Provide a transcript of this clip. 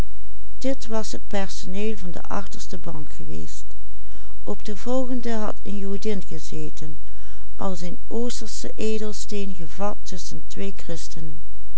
als een oostersche edelsteen gevat tusschen twee